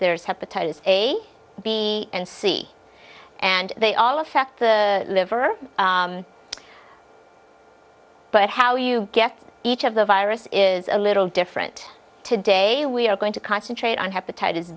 there's hepatitis a b and c and they all affect the liver but how you get each of the virus is a little different today we are going to concentrate on hepatitis